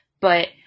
But-